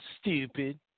stupid